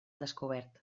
descobert